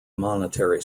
monetary